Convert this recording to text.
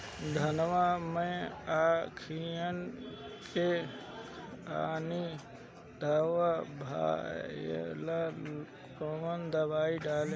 धनवा मै अखियन के खानि धबा भयीलबा कौन दवाई डाले?